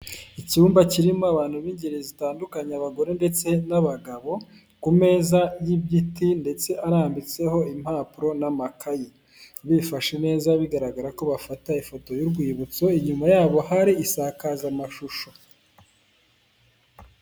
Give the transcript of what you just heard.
Icyumba kirimo abantu b'ingeri zitandukanye abagore ndetse n'abagabo, ku meza y'igiti ndetse arambitseho impapuro n'amakayi, bifashe neza bigaragara ko bafata ifoto y'urwibutso inyuma yabo hari isakazamashusho.